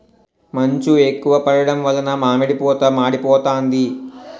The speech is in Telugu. మంచు ఎక్కువ పడడం వలన మామిడి పూత మాడిపోతాంది